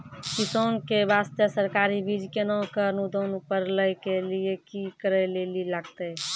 किसान के बास्ते सरकारी बीज केना कऽ अनुदान पर लै के लिए की करै लेली लागतै?